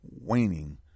waning